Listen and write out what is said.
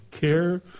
care